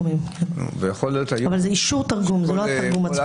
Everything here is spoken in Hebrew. אבל זה אישור תרגום, זה לא התרגום עצמו.